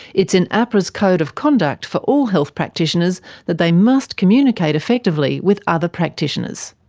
it's in ahpra's code of conduct for all health practitioners that they must communicate effectively with other practitioners.